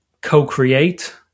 co-create